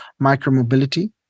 micromobility